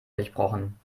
durchbrochen